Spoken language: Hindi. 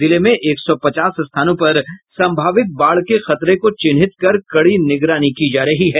जिले में एक सौ पचास स्थानों पर संभावित बाढ़ के खतरे को चिन्हित कर कड़ी निगरानी की जा रही है